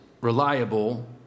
reliable